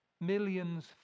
Millions